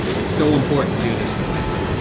it's so important to do this fitlifer.